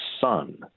son